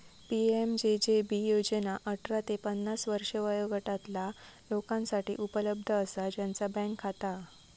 PMJJB योजना अठरा ते पन्नास वर्षे वयोगटातला लोकांसाठी उपलब्ध असा ज्यांचा बँक खाता हा